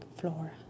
floor